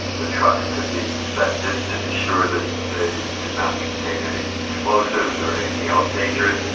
the trucks could be inspected to be sure that they did not contain any explosives or anything else dangerous,